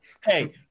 Hey